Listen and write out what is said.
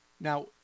Now